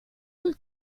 sul